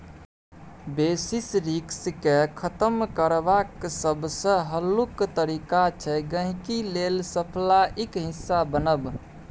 basis risk केँ खतम करबाक सबसँ हल्लुक तरीका छै गांहिकी लेल सप्लाईक हिस्सा बनब